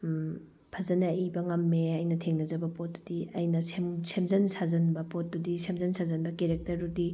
ꯐꯖꯅ ꯏꯕ ꯉꯝꯃꯦ ꯑꯩꯅ ꯊꯦꯡꯅꯖꯕ ꯄꯣꯠꯇꯨꯗꯤ ꯑꯩꯅ ꯁꯦꯝꯖꯤꯟ ꯁꯥꯖꯤꯟꯕ ꯄꯣꯠꯇꯨꯗꯤ ꯁꯦꯝꯖꯤꯟ ꯁꯥꯖꯤꯟꯕ ꯀꯦꯔꯦꯛꯇꯔꯗꯨꯗꯤ